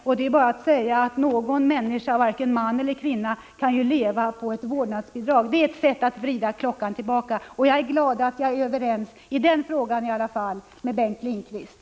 Om dem kan man bara säga att ingen människa, varken man eller kvinna, kan leva på ett vårdnadsbidrag. Det är ett sätt att vrida klockan tillbaka. Jag är glad att jag i alla fall i den frågan är överens med Bengt Lindqvist.